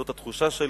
זאת התחושה שלי.